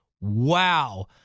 Wow